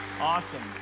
awesome